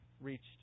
reached